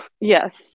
Yes